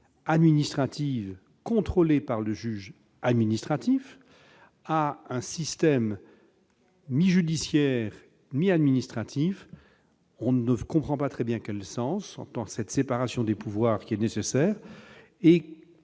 administratives contrôlées par le juge administratif à un système mi-judiciaire, mi-administratif. On ne comprend pas très bien dans quel sens tant la séparation des pouvoirs est nécessaire.